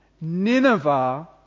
Nineveh